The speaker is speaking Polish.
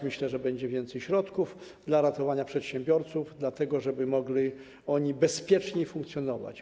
Myślę, że będzie więcej środków dla ratowania przedsiębiorców, po to żeby mogli oni bezpieczniej funkcjonować.